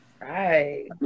right